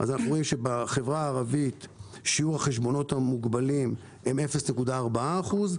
בחברה הערבית שיעור החשבונות המוגבלים הוא 0.4%,